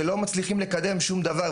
שלא מצליחים לקדם שום דבר.